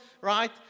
right